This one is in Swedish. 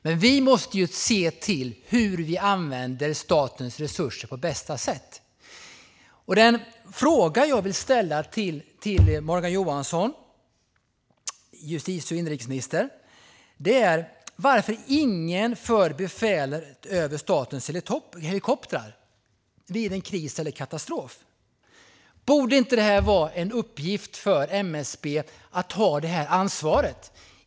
Men vi måste ju titta på hur vi använder statens resurser på bästa sätt, och den fråga jag vill ställa till justitie och inrikesminister Morgan Johansson är varför ingen för befälet över statens helikoptrar vid en kris eller katastrof. Borde det inte vara en uppgift för MSB att ta det ansvaret?